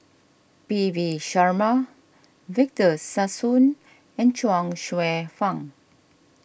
P V Sharma Victor Sassoon and Chuang Hsueh Fang